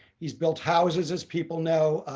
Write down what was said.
he's built houses, as people know.